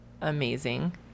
Amazing